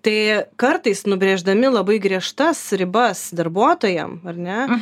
tai kartais nubrėždami labai griežtas ribas darbuotojam ar ne